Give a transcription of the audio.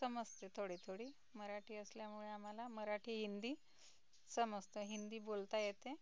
समजते थोडी थोडी मराठी असल्यामुळे आम्हाला मराठी हिंदी समजतं हिंदी बोलता येते